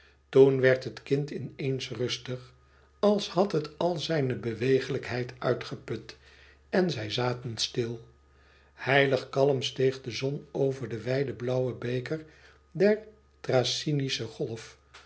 toen werd het kind in eens rustig als had het al zijne bewegelijkheid uitgeput en zij zaten stil heilig kalm steeg de zon over den wijden blauwen beker der thracynische golf